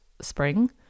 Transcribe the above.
spring